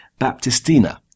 Baptistina